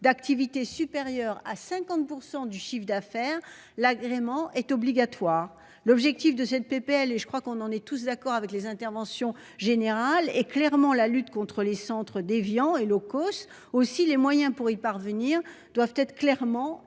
d'activité supérieur à 50% du chiffre d'affaires l'agrément est obligatoire. L'objectif de cette PPL et je crois qu'on en est tous d'accord avec les interventions général est clairement la lutte contre les centres d'Évian et locaux aussi les moyens pour y parvenir doivent être clairement et